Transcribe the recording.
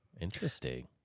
Interesting